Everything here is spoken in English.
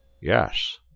Yes